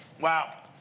Wow